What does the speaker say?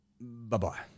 Bye-bye